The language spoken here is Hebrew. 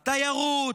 תיירות,